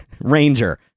ranger